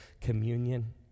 communion